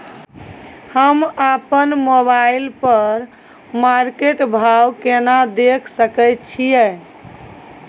हम अपन मोबाइल पर मार्केट भाव केना देख सकै छिये?